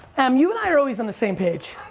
em, you and i are always on the same page.